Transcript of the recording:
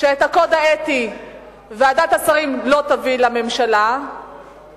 שאת הקוד האתי ועדת השרים לא תביא לממשלה ואנחנו